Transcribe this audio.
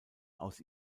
aus